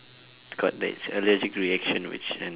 got like allergic reaction which